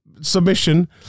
submission